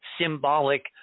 symbolic